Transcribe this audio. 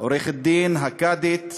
עורכת-הדין הקאדית